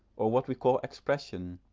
or what we call expression,